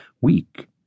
weak